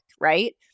right